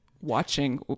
watching